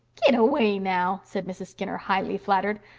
git away now! said mrs. skinner, highly flattered.